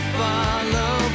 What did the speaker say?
follow